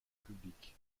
public